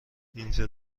اینجا